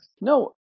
no